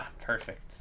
perfect